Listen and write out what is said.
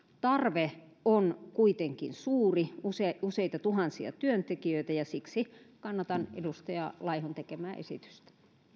tarve on kuitenkin suuri useita useita tuhansia työntekijöitä ja siksi kannatan edustaja laihon tekemää esitystä